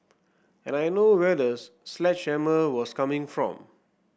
and I know where the sledgehammer was coming from